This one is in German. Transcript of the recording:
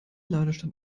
ladestand